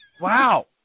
Wow